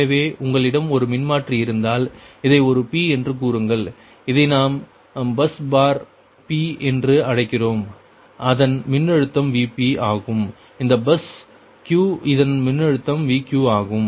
எனவே உங்களிடம் ஒரு மின்மாற்றி இருந்தால் இதை ஒரு p என்று கூறுங்கள் இதை நாம் பஸ் பார் p என்று அழைக்கிறோம் அதன் மின்னழுத்தம் Vp ஆகும் இது பஸ் q இதன் மின்னழுத்தம் Vq ஆகும்